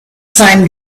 same